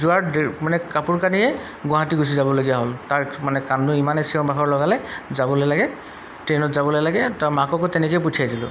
যোৱাৰ মানে কাপোৰ কানিয়ে গুৱাহাটী গুচি যাবলগীয়া হ'ল তাৰ মানে কান্দুন ইমানে চিঞৰ বাখৰ লগালে যাবলৈ লাগে ট্ৰেইনত যাবলৈ লাগে তাৰ মাককো তেনেকেই পঠিয়াই দিলোঁ